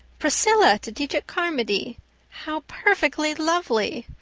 priscilla to teach at carmody! how perfectly lovely!